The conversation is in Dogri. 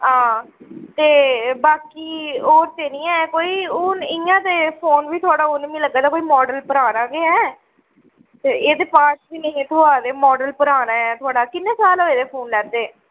हां ते बाकी ओह् ते निं ऐ कोई हून इ'यां ते फोन बी थुआढ़ा मिगी इ'यां लग्गै दा माडल पराना गै ऐ ते एह्दे पार्ट बी निं हे थ्होआ दे माडल पराना ऐ थुआढ़ा किन्ने साल होए दे फोन लैते दे